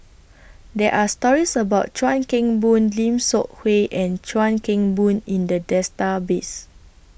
There Are stories about Chuan Keng Boon Lim Seok Hui and Chuan Keng Boon in The Database